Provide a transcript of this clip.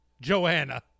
Joanna